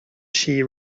she